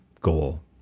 goal